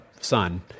son